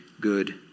good